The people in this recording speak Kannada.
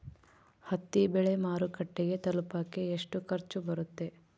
ಹತ್ತಿ ಬೆಳೆ ಮಾರುಕಟ್ಟೆಗೆ ತಲುಪಕೆ ಎಷ್ಟು ಖರ್ಚು ಬರುತ್ತೆ?